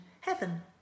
heaven